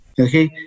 okay